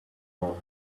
all